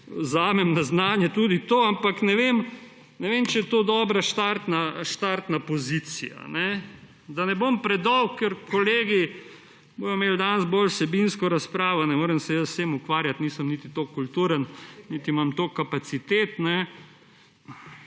vzamem na znanje tudi to, ampak – ne vem, če je to dobra štartna pozicija. Da ne bom predolg, ker bodo kolegi imeli danes bolj vsebinsko razpravo, ne morem se jaz z vsem ukvarjati, nisem niti toliko kulturen niti nimam toliko kapacitet.